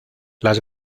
las